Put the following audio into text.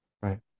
Right